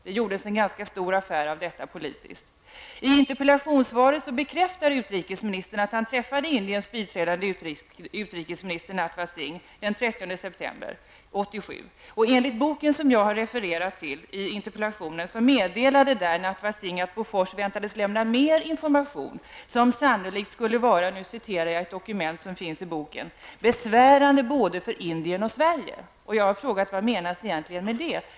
Det gjordes en ganska stor affär av detta politiskt. I interpellationssvaret bekräftar utrikesministern att han träffade Indiens biträdande utrikesminister Natwar Singh den 30 september 1987. Enligt boken som jag har refererat till i interpellationen meddelade Natwar Singh att Bofors väntades lämna mer information som sannolikt skulle vara, enligt ett dokument i boken, besvärande för både Indien och Sverige. Jag har frågat vad som egentligen menas med det.